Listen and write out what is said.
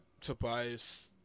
Tobias